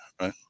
right